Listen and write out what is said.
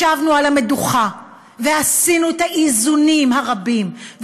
ישבנו על המדוכה ועשינו את האיזונים הרבים.